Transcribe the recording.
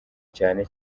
cyane